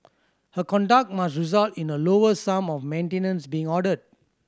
her conduct must result in a lower sum of maintenance being ordered